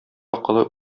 акылы